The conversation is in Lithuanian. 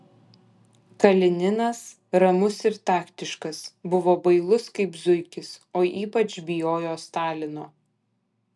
kalininas ramus ir taktiškas buvo bailus kaip zuikis o ypač bijojo stalino